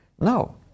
No